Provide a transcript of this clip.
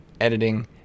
editing